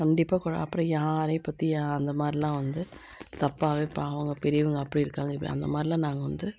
கண்டிப்பாக கொ அப்படி யாரையும் பற்றி அந்த மாதிரிலாம் வந்து தப்பாகவே அவங்க பெரியவங்க அப்படி இருக்காங்க இப்படி அந்த மாதிரில்லாம் நாங்கள் வந்து